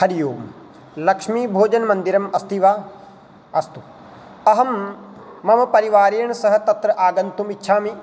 हरि ओं लक्ष्मीभोजनमन्दिरम् अस्ति वा अस्तु अहं मम परिवारेण सह तत्र आगन्तुमिच्छामि